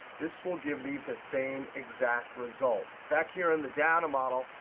this will give me the same exact result. back here in the data model,